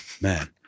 Man